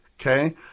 okay